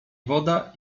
woda